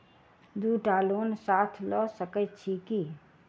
दु टा लोन साथ लऽ सकैत छी की?